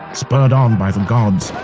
spurred on by the gods,